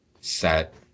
set